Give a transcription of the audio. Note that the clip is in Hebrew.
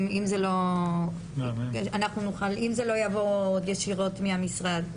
אם זה לא יבוא ישירות מהמשרד,